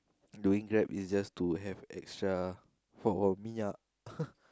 doing Grab is just to have extra for for me lah